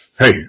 Hey